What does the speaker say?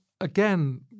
again